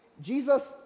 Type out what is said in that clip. jesus